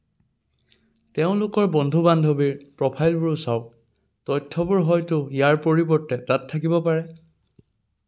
তেওঁলোকৰ বন্ধু বান্ধৱীৰ প্ৰফাইলবোৰো চাওক তথ্যবোৰ হয়তো ইয়াৰ পৰিৱৰ্তে তাত থাকিব পাৰে